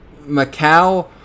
Macau